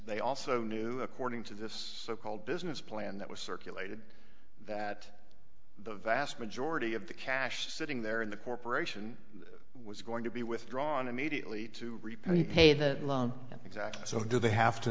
they also knew according to this so called business plan that was circulated that the vast majority of the cash sitting there in the corporation was going to be withdrawn immediately to repay the exact so do they have to